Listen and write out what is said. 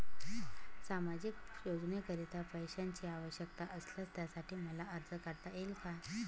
सामाजिक योजनेकरीता पैशांची आवश्यकता असल्यास त्यासाठी मला अर्ज करता येईल का?